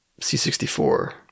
C64